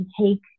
take